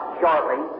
shortly